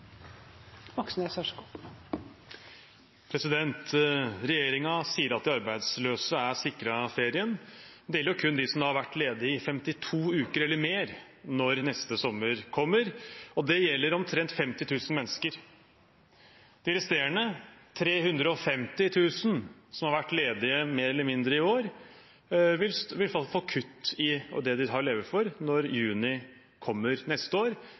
jo kun de som har vært ledige i 52 uker eller mer når neste sommer kommer. Det gjelder omtrent 50 000 mennesker. De resterende, 350 000, som har vært mer eller mindre ledige i år, vil faktisk få kutt i det de har å leve for, når juni kommer neste år.